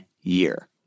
year